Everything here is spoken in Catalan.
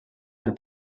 del